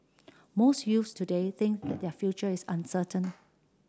most youths today think that their future is uncertain